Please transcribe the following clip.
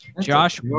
Josh